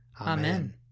Amen